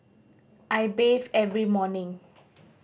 I bathe every morning